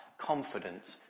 confidence